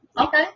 Okay